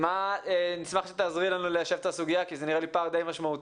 נשמח שתעזרי לנו ליישב את הסוגיה כי זה נראה לי פער די משמעותי.